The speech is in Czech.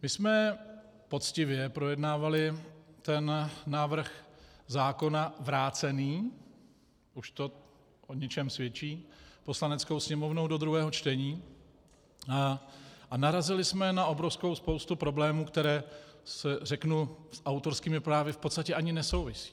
My jsme poctivě projednávali ten návrh zákona vrácený, už to o něčem svědčí, Poslaneckou sněmovnou do druhého čtení a narazili jsme na obrovskou spoustu problémů, které s autorskými právy v podstatě ani nesouvisí.